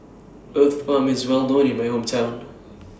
Uthapam IS Well known in My Hometown